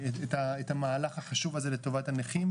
את המהלך החשוב הזה לטובת הנכים.